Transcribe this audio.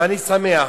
ואני שמח,